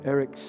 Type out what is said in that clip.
Eric